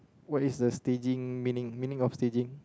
what is the staging meaning meaning of staging